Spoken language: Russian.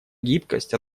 гибкость